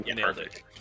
perfect